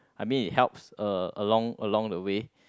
I mean it helps a along along the way